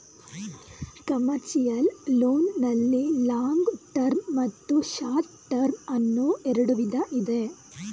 commercial loan ನಲ್ಲಿ long term ಮತ್ತು short term ಅನ್ನೋ ಎರಡು ವಿಧ ಇದೆ